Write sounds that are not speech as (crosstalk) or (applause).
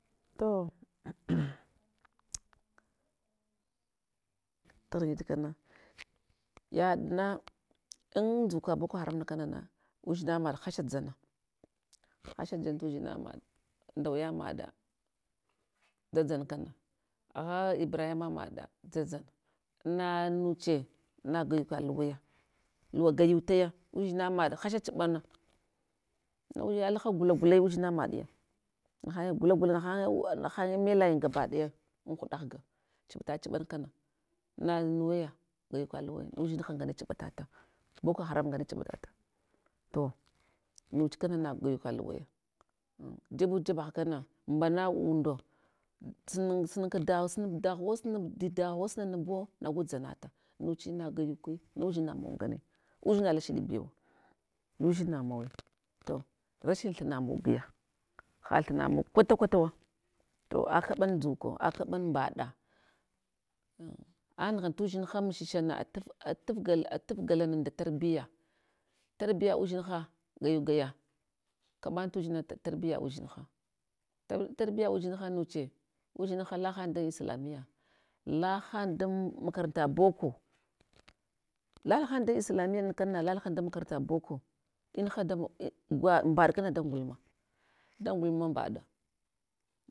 To (hesitation) tanighitakana yadna an ndzuka boko haram na kanana udzina maɗ hasha dzala, hasha dzal tudzina maɗ, ndawaya maɗa dzaldzal kana, agha ibrahima maɗa dzaldzal na nuche na gwayuka luwaya, luwa gwayutaya, udzina maɗ hasha chuɗana, naweya alaha gula gule udzina maɗa nahanye gula gula hanye, nahanye melayin gabaɗaya an huɗa ghga chuɗata chuɗal kana nanuweya gwayuka luwaya udzina ngane chuɗa tata boko haram ngane chuɓata ta to nuchkana na gwayuka luwaya, an jebujebagh kana angana unda sinsuna kadagh sunab daghu wo sunaɓ didaghuwo, sunanabuwo nagu dzanata nuchi na gwayuki, na udzina mau ngane, udzina lashid bewa, nudzina mawe rashin thuna mogi ya, hathuna mog kwata kwatawa to akaɓal ndzuko akabal mɓaɗa, anaghal tudzinha mushashana ataf galal, atafgalal nda tarbiya, tarbiya udzinha gayugaya kaɓal tudzina ta tarbiya udzinha nuche, udzinha lahan dan islamiya, lahan dan makaranta boko, lahan dan islamiya kana na lala han dan makaranta boko, inaha damog, in gwa mbaɗ kana da ngulma da ngulma mbaɗa.